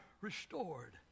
restored